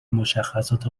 مشخصات